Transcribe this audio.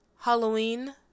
Halloween